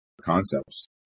concepts